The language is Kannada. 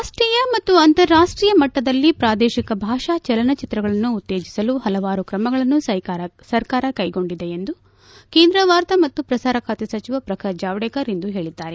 ರಾಷ್ಷೀಯ ಮತ್ತು ಅಂತಾರಾಷ್ಷೀಯಮಟ್ಟದಲ್ಲಿ ಪ್ರಾದೇಶಿಕ ಭಾಷಾ ಚಲನಚಿತ್ರಗಳನ್ನು ಉತ್ತೇಜಿಸಲು ಪಲವಾರು ಕ್ರಮಗಳನ್ನು ಸರ್ಕಾರ ಕೈಗೊಂಡಿದೆ ಎಂದು ಕೇಂದ್ರ ವಾರ್ತಾ ಮತ್ತು ಪ್ರಸಾರ ಖಾತೆ ಸಚಿವ ಪ್ರಕಾಶ್ ಜಾವಡೇಕರ್ ಇಂದು ಹೇಳಿದ್ದಾರೆ